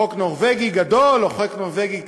חוק נורבגי גדול, חוק נורבגי קטן,